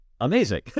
amazing